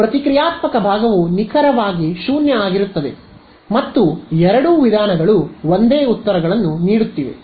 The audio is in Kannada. ಪ್ರತಿಕ್ರಿಯಾತ್ಮಕ ಭಾಗವು ನಿಖರವಾಗಿ 0 ಆಗಿರುತ್ತದೆ ಮತ್ತು ಎರಡೂ ವಿಧಾನಗಳು ಒಂದೇ ಉತ್ತರಗಳನ್ನು ನೀಡುತ್ತಿವೆ